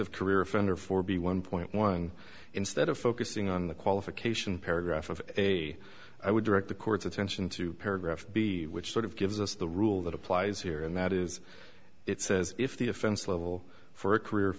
of career offender for b one point one instead of focusing on the qualification paragraph of a i would direct the court's attention to paragraph b which sort of gives us the rule that applies here and that is it says if the offense level for a career